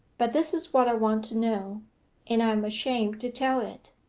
but this is what i want to know and i am ashamed to tell it.